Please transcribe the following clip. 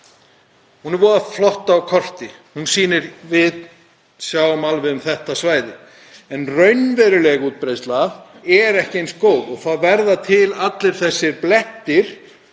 er voða flott á korti, við sjáum alveg um þetta svæði, en raunveruleg útbreiðsla er ekki eins góð. Það verða til allir þessir blettir